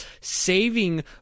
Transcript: saving